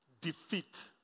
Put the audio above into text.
defeat